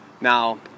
Now